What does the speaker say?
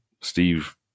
steve